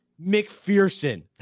McPherson